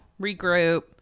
regroup